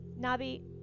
Nabi